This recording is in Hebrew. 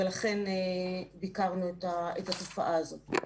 ולכן ביקרנו את התופעה הזאת.